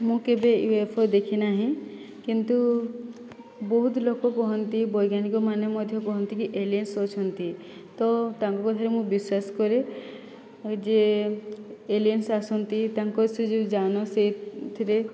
ମୁଁ କେବେ ୟୁଏଫଓ ଦେଖି ନାହିଁ କିନ୍ତୁ ବହୁତ ଲୋକ କୁହନ୍ତି ବୈଜ୍ଞାନିକମାନେ ମଧ୍ୟ କୁହନ୍ତିକି ଏଲିଏନ୍ସ ଅଛନ୍ତି ତ ତାଙ୍କ କଥାରେ ମୁଁ ବିଶ୍ୱାସ କରେ ଯେ ଏଲିଏନ୍ସ ଆସନ୍ତି ତାଙ୍କ ସେ ଯେଉଁ ଯାନ ସେଥିରେ